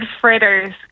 fritters